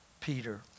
Peter